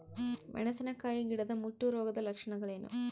ಮೆಣಸಿನಕಾಯಿ ಗಿಡದ ಮುಟ್ಟು ರೋಗದ ಲಕ್ಷಣಗಳೇನು?